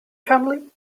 family